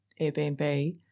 Airbnb